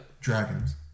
Dragons